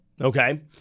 okay